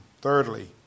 Thirdly